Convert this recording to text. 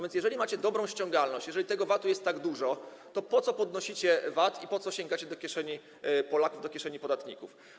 Więc jeżeli macie dobrą ściągalność, jeżeli tego VAT-u jest tak dużo, to po co podnosicie VAT i po co sięgacie do kieszeni Polaków, do kieszeni podatników?